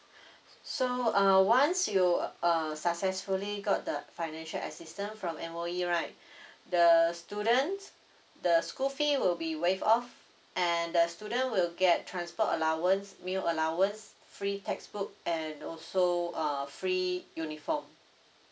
so uh once you uh successfully got the financial assistance from M_O_E right the students the school fee will be waive off and the student will get transport allowance meal allowance free textbook and also uh free uniform